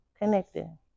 Connecting